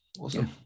Awesome